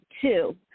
two